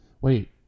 Wait